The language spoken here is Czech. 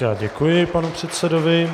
Já děkuji panu předsedovi.